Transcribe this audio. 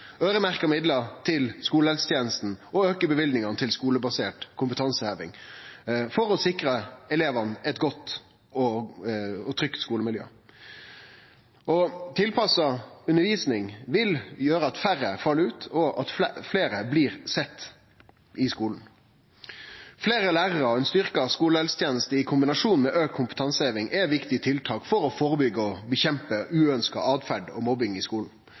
midlar til skolehelsetenesta og auke løyvingane til skulebasert kompetanseheving for å sikre elevane eit godt og trygt skolemiljø. Tilpassa undervisning vil gjere at færre fell ut, og at fleire blir sett i skolen. Fleire lærarar og ei styrkt skolehelseteneste i kombinasjon med auka kompetanseheving er viktige tiltak for å førebyggje og motarbeide uønskt åtferd og mobbing i skolen.